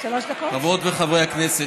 חברות וחברי הכנסת,